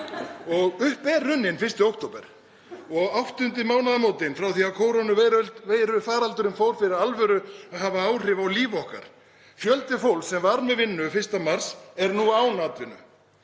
Upp er runnin 1. október og áttundu mánaðamótin frá því að kórónuveirufaraldurinn fór fyrir alvöru að hafa áhrif á líf okkar. Fjöldi fólks sem var með vinnu 1. mars er nú án atvinnu.